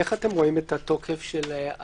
איך אתם רואים את תוקף התקנות